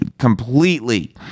Completely